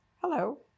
Hello